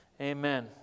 Amen